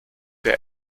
der